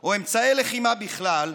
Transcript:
או אמצעי לחימה בכלל,